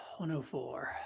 104